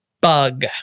bug